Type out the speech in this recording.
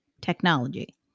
technology